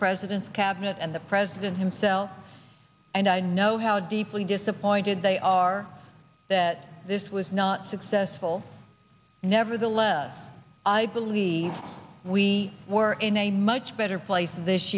president's cabinet and the president himself and i know how deeply disappointed they are that this was not successful nevertheless i believe we were in a much better place